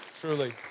Truly